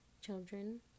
children